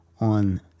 on